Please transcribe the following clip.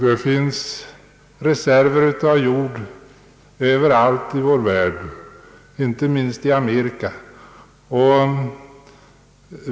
Det finns reserver av jord överallt i vår värld, inte minst i Amerika.